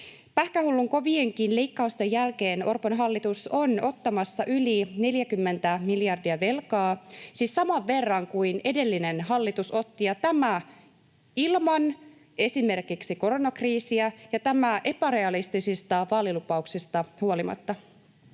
pähkähullun kovienkin leikkausten jälkeen Orpon hallitus on ottamassa yli 40 miljardia velkaa, siis saman verran kuin edellinen hallitus otti, ja tämä ilman esimerkiksi koronakriisiä ja tämä epärealistisista vaalilupauksista huolimatta.